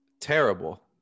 terrible